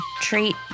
Treat